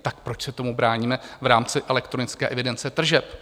Tak proč se tomu bráníme v rámci elektronické evidence tržeb?